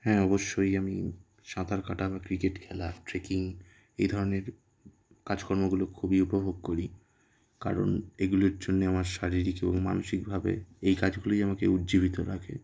হ্যাঁ অবশ্যই আমি সাঁতার কাটা বা ক্রিকেট খেলা ট্রেকিং এই ধরনের কাজকর্মগুলো খুবই উপভোগ করি কারণ এগুলোর জন্যে আমার শারীরিক এবং মানসিকভাবে এই কাজগুলোই আমাকে উজ্জীবিত রাখে